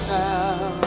now